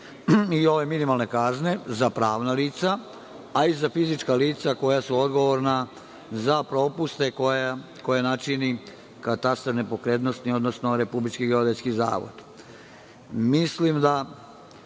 i ove minimalne kazne za pravna lica, a i za fizička lica koja su odgovorna za propuste koje načini katastar nepokretnosti, odnosno Republički geodetski zavod. Mislim da